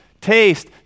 taste